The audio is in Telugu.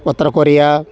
ఉత్తర కొరియా